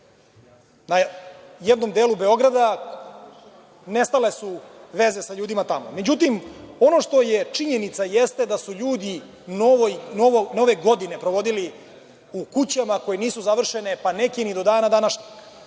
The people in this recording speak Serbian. U jednom delu Beograda nestale su veze sa ljudima tamo.Međutim, ono što je činjenica jeste da su ljudi Novu godinu proveli u kućama koje nisu završene, pa neki i do dana današnjeg